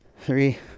three